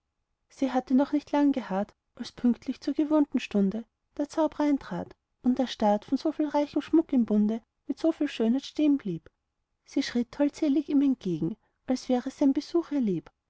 sie hatte noch nicht lang geharrt als pünktlich zur gewohnten stunde der zaubrer eintrat und erstarrt von so viel reichem schmuck im bunde mit so viel schönheit stehen blieb sie schritt holdselig ihm entgegen als wäre sein besuch